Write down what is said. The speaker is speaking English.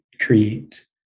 create